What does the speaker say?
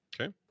Okay